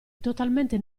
totalmente